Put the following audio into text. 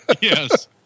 Yes